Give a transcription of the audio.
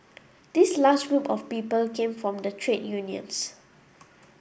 this last group of people came from the trade unions